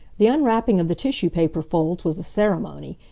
the unwrapping of the tissue paper folds was a ceremony.